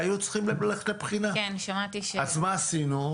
היו צריכים ללכת לבחינה אז מה עשינו?